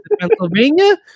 Pennsylvania